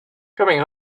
coming